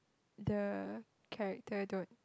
the character don't